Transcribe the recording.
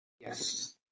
Yes